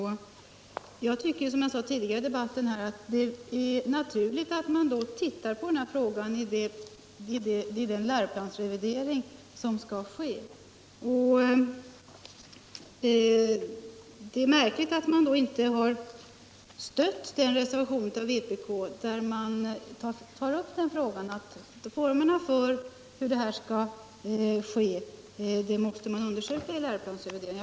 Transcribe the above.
Jag tycker, som jag sade i den tidigare debatten, att det är naturligt att man ser på denna fråga vid den läroplansrevision som skall företas. Det är märkligt att man mot denna bakgrund inte har stött den vpkreservation där vi har tagit upp detta. Man måste undersöka det i läroplansrevideringen.